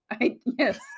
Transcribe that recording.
Yes